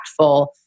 impactful